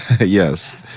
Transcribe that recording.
yes